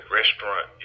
restaurant